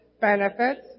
benefits